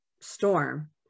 storm